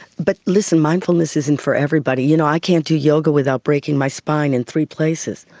but listen, mindfulness isn't for everybody. you know i can't do yoga without breaking my spine in three places.